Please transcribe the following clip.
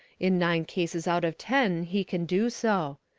in nine cases out of ten he can do so.